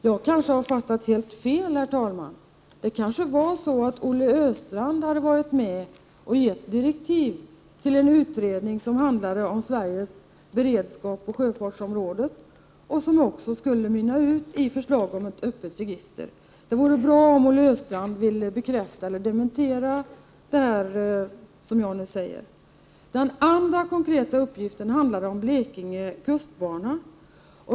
Jag kanske har fattat helt fel, herr talman — det kanske var så att Olle Östrand hade varit med och gett direktiv till en utredning som handlade om Sveriges beredskap på sjöfartsområdet och som också skulle mynna ut i ett förslag om ett öppet register? Det vore bra om Olle Östrand ville bekräfta eller dementera det jag nu säger. Den andra konkreta uppgiften handlade om Blekinge kustbana.